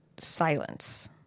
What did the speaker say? silence